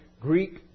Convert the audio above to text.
Greek